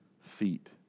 feet